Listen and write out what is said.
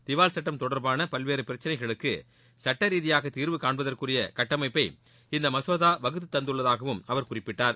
திவால் சட்டம் தொடர்னா பல்வேறு பிரச்சினைகளுக்கு சட்டரீதியான தீர்வு காண்பதற்குரிய கட்டமைப்பை இந்த மசோதா வகுத்து தந்துள்ளதாகவும் அவர் குறிப்பிட்டார்